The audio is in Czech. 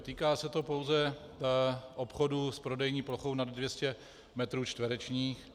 Týká se to pouze obchodů s prodejní plochou nad 200 metrů čtverečních.